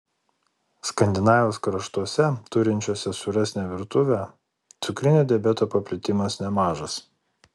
skandinavijos kraštuose turinčiuose sūresnę virtuvę cukrinio diabeto paplitimas nemažas